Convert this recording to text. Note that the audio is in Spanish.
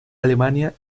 alemania